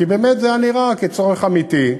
כי זה באמת נראה כצורך אמיתי.